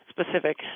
specific